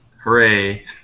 Hooray